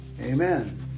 Amen